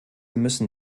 müssen